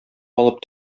алып